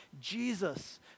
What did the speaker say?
Jesus